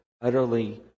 utterly